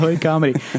comedy